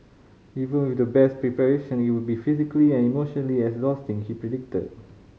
even with the best preparation it will be physically and emotionally exhausting he predicted